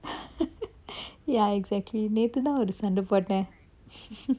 ya exactly நேத்து தான் ஒரு சண்டை போட்டன்:nethu than oru sandai pottan